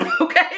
okay